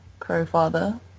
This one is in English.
Crowfather